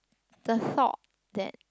the thought that